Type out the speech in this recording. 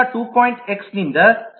ಆದ್ದರಿಂದ 2